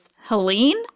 Helene